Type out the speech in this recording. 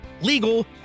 legal